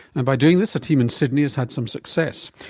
and by doing this a team in sydney has had some success.